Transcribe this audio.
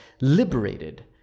liberated